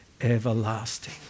everlasting